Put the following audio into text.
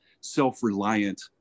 self-reliant